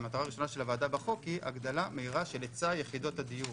המטרה הראשונה של הוועדה בחוק היא הגדלה מהירה של היצע יחידות הדיור,